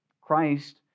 Christ